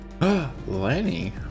Lenny